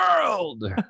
world